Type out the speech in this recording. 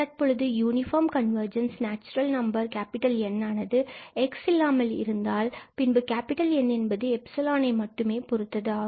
தற்பொழுது uniform convergence natural number N ஆனது x இல்லாமல் இருந்தால் பின்பு N என்பது எப்சலானை மட்டுமே பொறுத்தது ஆகும்